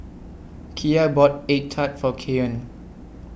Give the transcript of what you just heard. Kiya bought Egg Tart For Keyon